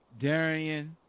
Darian